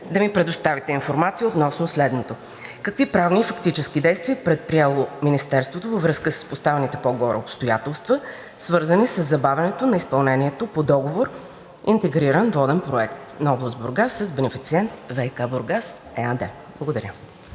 да ми предоставите информация относно следното: какви правни фактически действия е предприело Министерството във връзка с поставените по-горе обстоятелства, свързани със забавянето на изпълнението по договор „Интегриран воден проект на област Бургас“ с бенефициент „Водоснабдяване